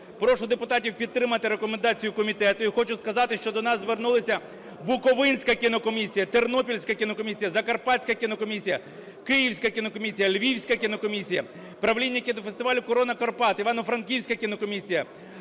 Прошу депутатів підтримати рекомендацію комітету. І хочу сказати, що до нас звернулися Буковинська кінокомісія, Тернопільська кінокомісія, Закарпатська кінокомісія, Київська кінокомісія, Львівська кінокомісія, правління кінофестивалю "Корона Карпат", Івано-Франківська кінокомісія,